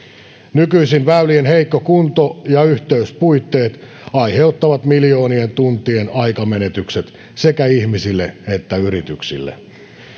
nykyisin väylien heikko kunto ja yhteyspuutteet aiheuttavat miljoonien tuntien aikamenetykset sekä ihmisille että yrityksille